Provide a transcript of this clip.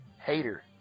hater